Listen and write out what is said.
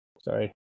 sorry